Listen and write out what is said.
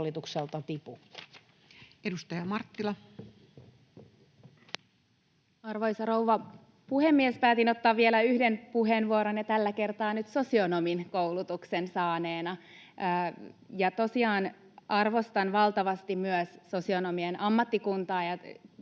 20:28 Content: Arvoisa rouva puhemies! Päätin ottaa vielä yhden puheenvuoron ja tällä kertaa nyt sosionomin koulutuksen saaneena. Tosiaan arvostan valtavasti myös sosionomien ammattikuntaa, ja toivon,